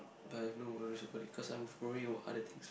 I have no worries about it cause I worrying about other things